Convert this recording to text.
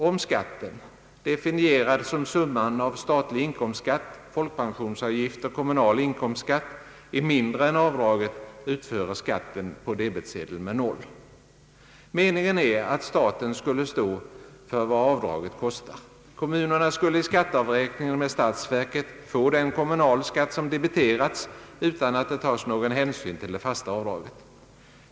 Om skatten — definierad som summan av statlig inkomstskatt, folkpensionsavgift och kommunal inkomstskatt — är mindre än avdraget, utföres skatten på debetsedeln med noll. Meningen är att staten skall helt stå för vad avdraget kostar. Kommunerna skall i skatteavräkningen med statsverket få den kommunalskatt som debiterats utan att någon hänsyn tas till det fasta avdraget.